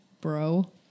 bro